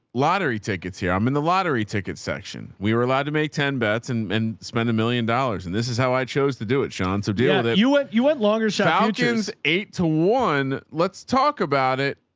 lottery tickets here. i'm in the lottery ticket section, we were allowed to make ten bets and and spend a million dollars. and this is how i chose to do it. sean. so deal with it. you went you went longer shotguns eight to one. let's talk about it.